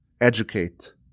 educate